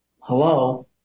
Hello